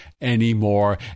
anymore